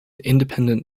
independent